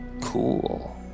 cool